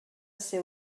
ser